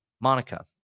Monica